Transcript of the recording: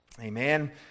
Amen